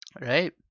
Right